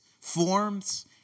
forms